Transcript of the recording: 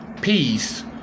peace